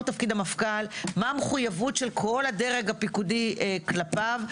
תפקיד המפכ"ל מה המחויבות של כל הדרג הפיקודי כלפיו.